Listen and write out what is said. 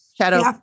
Shadow